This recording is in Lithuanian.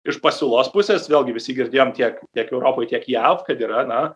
iš pasiūlos pusės vėlgi visi girdėjom tiek tiek europoj tiek jav kad yra na